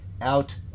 out